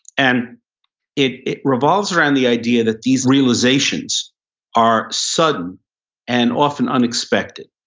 and it it revolves around the idea that these realizations are sudden and often unexpected.